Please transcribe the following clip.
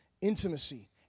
intimacy